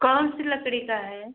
कौनसी लकड़ी का है